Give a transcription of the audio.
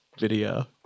video